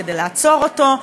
כדי לעצור אותו.